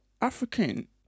African